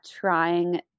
trying